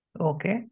Okay